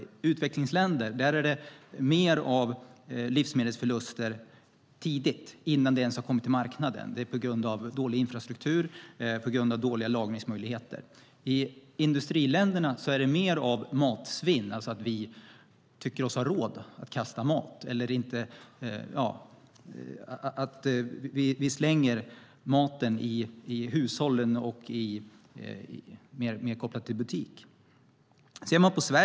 I utvecklingsländer är det mer av livsmedelsförluster tidigt, innan livsmedlen ens har kommit till marknaden. Det beror på dålig infrastruktur och dåliga lagringsmöjligheter. I industriländerna är det mer av matsvinn, alltså att vi tycker oss ha råd att kasta mat. Vi slänger maten i hushållen och mer kopplat till butik.